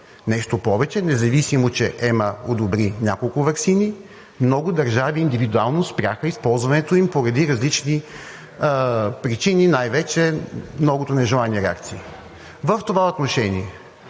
Нещо повече, независимо че ЕМА одобри няколко ваксини, много държави индивидуално спряха използването им поради различни причини, най-вече многото нежелани реакции. В това отношение